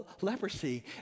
leprosy